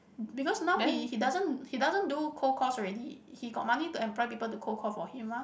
because now he he doesn't he doesn't do cold calls already he got money to employ people to cold call for him mah